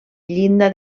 llinda